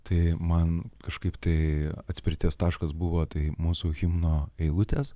tai man kažkaip tai atspirties taškas buvo tai mūsų himno eilutės